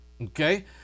Okay